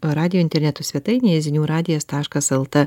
radijo interneto svetainėje zinių radijas taškas eltė